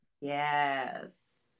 yes